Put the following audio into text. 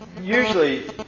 usually